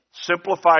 Simplify